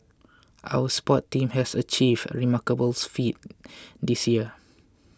our sport team has achieved remarkable feat this year